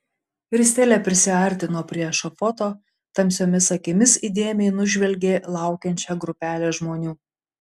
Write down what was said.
ristele prisiartino prie ešafoto tamsiomis akimis įdėmiai nužvelgė laukiančią grupelę žmonių